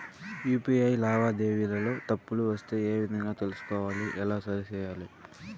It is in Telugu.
యు.పి.ఐ లావాదేవీలలో తప్పులు వస్తే ఏ విధంగా తెలుసుకోవాలి? ఎలా సరిసేయాలి?